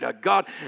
God